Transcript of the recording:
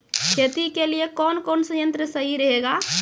खेती के लिए कौन कौन संयंत्र सही रहेगा?